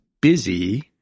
busy